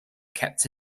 kept